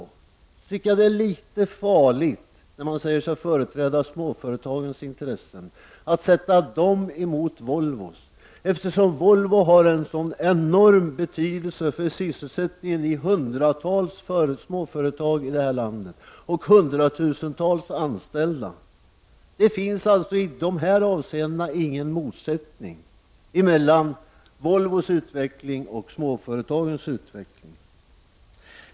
Jag tycker att det är litet farligt när man säger sig företräda småföretagens intressen och sätter deras intressen emot Volvos intressen. Volvo har en sådan enorm betydelse för sysselsättningen i hundratals småföretag i det här landet och hundratusentals anställda. Det finns i de avseendena ingen motsättning mellan Volvos utveckling och småföretagens utveckling.